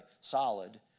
solid